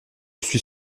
suis